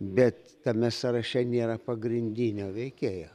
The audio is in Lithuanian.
bet tame sąraše nėra pagrindinio veikėjo